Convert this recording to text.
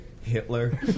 Hitler